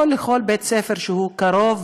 או לכל בית-ספר שקרוב